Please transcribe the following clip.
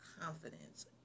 confidence